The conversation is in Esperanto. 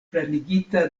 plenigita